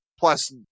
Plus